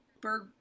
Bird